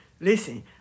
Listen